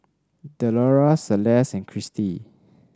Delora Celeste and Cristi